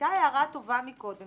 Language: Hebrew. הייתה הערה טובה מקודם